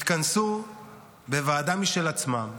התכנסו בוועדה משל עצמם,